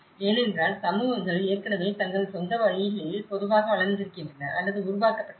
ஏனென்றால் சமூகங்கள் ஏற்கனவே தங்கள் சொந்த வழிகளில் பொதுவாக வளர்ந்திருக்கின்றன அல்லது உருவாக்கப்பட்டன